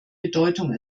bedeutung